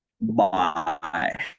Bye